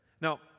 Now